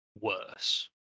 worse